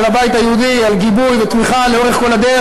הבית היהודי על גיבוי ותמיכה לאורך כל הדרך,